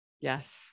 Yes